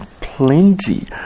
plenty